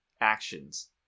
actions